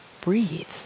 breathe